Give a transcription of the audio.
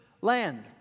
land